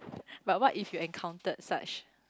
but what if you encountered such